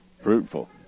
Fruitful